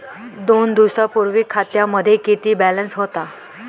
दोन दिवसांपूर्वी खात्यामध्ये किती बॅलन्स होता?